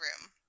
room